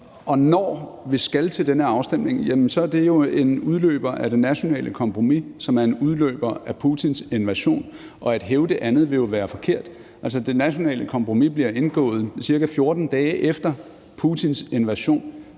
Når vi skal til den her afstemning, er det jo, fordi det er en udløber af det nationale kompromis, som er en udløber af Putins invasion, og at hævde andet ville jo være forkert. Det nationale kompromis blev indgået ca. 14 dage efter Putins invasion.